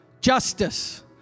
Justice